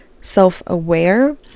self-aware